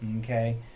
Okay